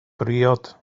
briod